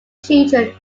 children